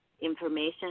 information